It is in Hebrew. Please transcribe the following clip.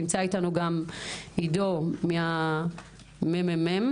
נמצא אתנו גם עדו ממרכז המחקר והמידע של הכנסת,